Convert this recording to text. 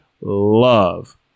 love